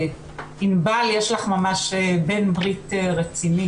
ענבל, יש לך ממש בן ברית רציני.